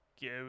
give